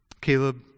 Caleb